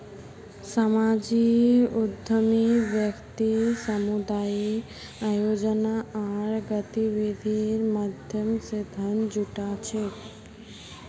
सामाजिक उद्यमी व्यक्ति सामुदायिक आयोजना आर गतिविधिर माध्यम स धन जुटा छेक